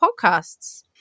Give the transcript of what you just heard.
podcasts